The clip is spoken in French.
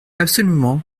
absolument